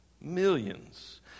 millions